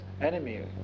enemy